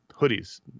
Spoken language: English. hoodies